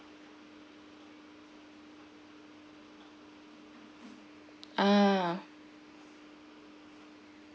ah